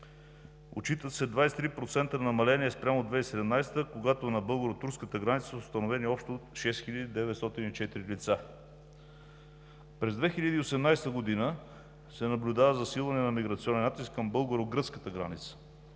Отчитат се 23% намаление спрямо 2017 г., когато на българо турската граница са установени общо 6904 лица. През 2018 г. се наблюдава засилване на миграционен натиск към българо-гръцката граница